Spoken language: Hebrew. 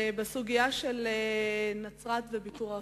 בסוגיה של נצרת וביקור האפיפיור,